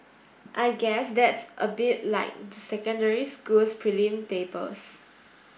I guess that's a bit like the secondary school's prelim papers